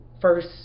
first